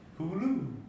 Hulu